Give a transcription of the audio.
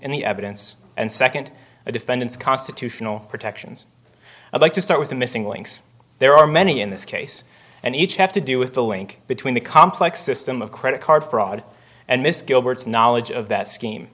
the evidence and second a defendant's constitutional protections i'd like to start with the missing links there are many in this case and each have to do with the link between the complex system of credit card fraud and this gilbert's knowledge of that scheme